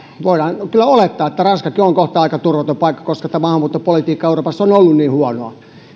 voidaan kyllä olettaa että ranskakin on kohta aika turvaton paikka koska tämä maahanmuuttopolitiikka euroopassa on ollut niin huonoa